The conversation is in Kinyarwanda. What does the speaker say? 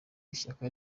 ishyaka